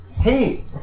Hey